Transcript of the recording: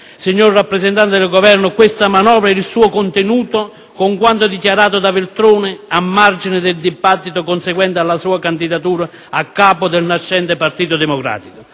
signor rappresentante del Governo, questa manovra e il suo contenuto con quanto dichiarato da Veltroni a margine del dibattito conseguente alla sua candidatura a capo del nascente Partito Democratico,